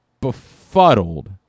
befuddled